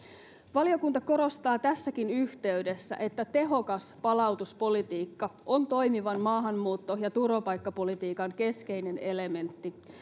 valiokunta korostaa tässäkin yhteydessä että tehokas palautuspolitiikka on toimivan maahanmuutto ja turvapaikkapolitiikan keskeinen elementti